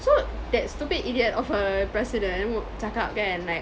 so that stupid idiot of a president wou~ cakap kan like